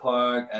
Park